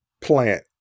plant